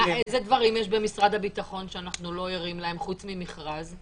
איזה דברים יש במשרד הביטחון שאנחנו לא ערים להם חוץ ממכרז?